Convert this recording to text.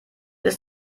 ist